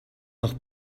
noch